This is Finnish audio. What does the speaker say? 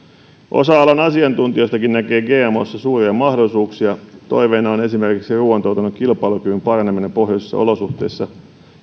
osa alan asiantuntijoistakin näkee gmossa suuria mahdollisuuksia toiveena on esimerkiksi ruoantuotannon kilpailukyvyn parantaminen pohjoisissa olosuhteissa